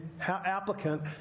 applicant